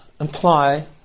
imply